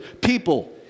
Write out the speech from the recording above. people